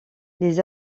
les